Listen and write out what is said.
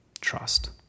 trust